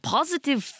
Positive